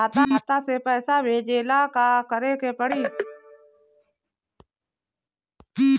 खाता से पैसा भेजे ला का करे के पड़ी?